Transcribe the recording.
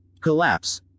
Collapse